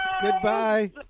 goodbye